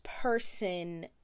person